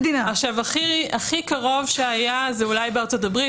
הכי קרוב שהיה זה אולי בארצות הברית.